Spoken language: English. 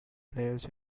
players